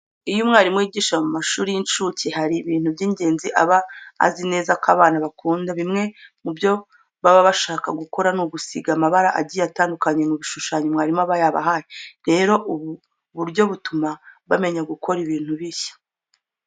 Iyo umwarimu yigisha mu mashuri y'incuke, hari ibintu by'ingenzi aba azi neza ko abo bana bakunda. Bimwe mu byo baba bashaka gukora ni ugusiga amabara agiye atandukanye mu bishushanyo mwarimu aba yabahaye. Rero ubu buryo butuma bamenya gukora ibintu bishya.